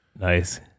Nice